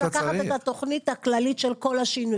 גם לא צריך לקחת את התוכנית הכללית של כל השינוי.